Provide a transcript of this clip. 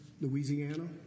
Louisiana